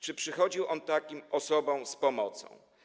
Czy przychodził on takim osobom z pomocą?